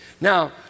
Now